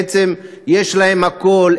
בעצם יש להם הכול,